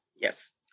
Yes